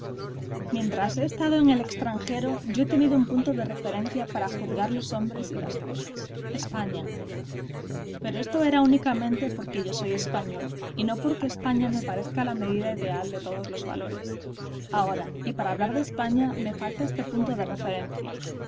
mientras he estado en el extranjero yo he tenido un punto de referencia para juzgar los hombres y las cosas españa pero esto era únicamente porque yo soy español y no porque españa me parezca la medida ideal de todos los valores ahora y para hablar de españa me falta este punto de referencia